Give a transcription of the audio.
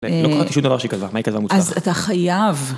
לא קראתי שום דבר שהיא כתבה, מה היא כתבה מוצלח? אז אתה חייב...